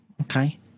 okay